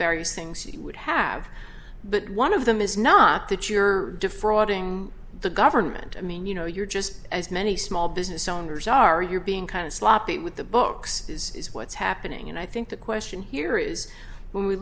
various things you would have but one of them is not that you're defrauding the government i mean you know you're just as many small business owners are you're being kind of sloppy with the books is what's happening and i think the question here is when we